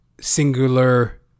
singular